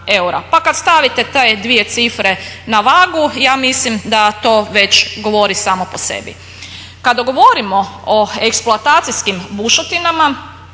Pa kad stavite te dvije cifre na vagu ja mislim da to već govorio samo po sebi. Kada govorimo o eksploatacijskim bušotinama